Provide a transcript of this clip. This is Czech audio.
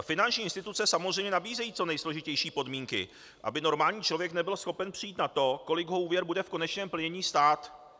Finanční instituce samozřejmě nabízejí co nejsložitější podmínky, aby normální člověk nebyl schopen přijít na to, kolik ho úvěr bude v konečném plnění stát.